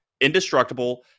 indestructible